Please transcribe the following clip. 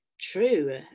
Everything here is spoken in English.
true